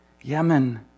Yemen